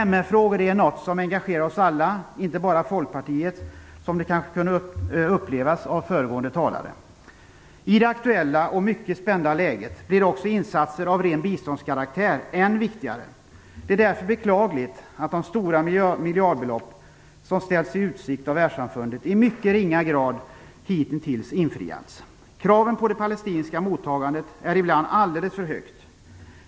MR-frågor är något som engagerar oss alla, inte bara Folkpartiet, som det kunde upplevas av föregående talare. I det aktuella och mycket spända läget blir också insatser av ren biståndskaraktär än viktigare. Det är därför beklagligt att de stora miljardbelopp som ställts i utsikt av världssamfundet i mycket ringa grad hitintills infriats. Kraven på det palestinska mottagandet är ibland alldeles för höga.